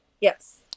Yes